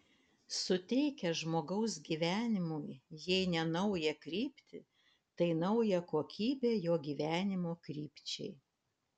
suteikia žmogaus gyvenimui jei ne naują kryptį tai naują kokybę jo gyvenimo krypčiai